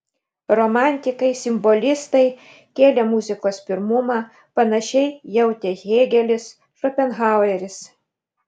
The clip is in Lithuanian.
romantikai simbolistai kėlė muzikos pirmumą panašiai jautė hėgelis šopenhaueris